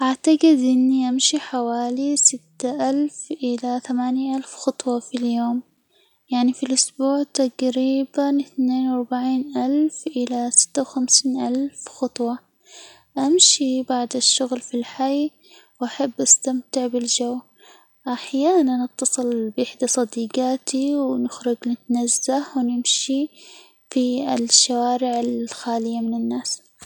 أعتجد إني أمشي حوالي ست آلاف إلى ثمانية آلاف خطوة في اليوم، يعني في الأسبوع تجريبًا اثنين وأربعين ألف إلى ستة وخمسين ألف خطوة، أمشي بعد الشغل في الحي، وأحب أستمتع بالجو، أحيانًا أتصل بإحدى صديجاتي، ونخرج نتنزه، ونمشي في الشوارع الخالية من الناس.